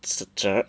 辞职